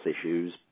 issues